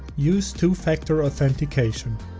use two-factor-authentication.